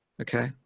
okay